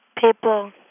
People